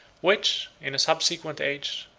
which, in a subsequent age,